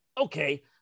okay